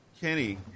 Kenny